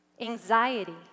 anxiety